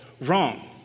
wrong